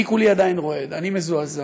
אני כולי עדיין רועד, אני מזועזע.